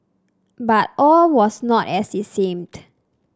but all was not as it seemed